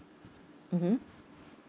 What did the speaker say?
mmhmm